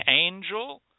angel